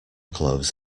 clothes